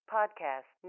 Podcast